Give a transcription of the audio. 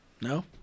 No